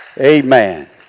Amen